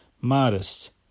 modest